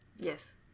Yes